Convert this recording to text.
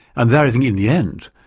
and there i think in the end,